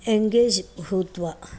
engage भूत्वा